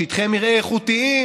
שטחי מרעה איכותיים,